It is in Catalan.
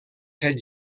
set